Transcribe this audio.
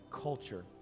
culture